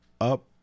up